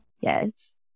Yes